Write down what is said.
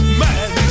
man